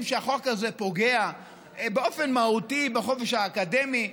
שהחוק הזה פוגע באופן מהותי בחופש האקדמי?